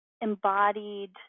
embodied